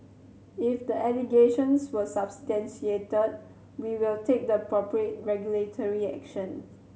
if the allegations were substantiated we will take the appropriate regulatory action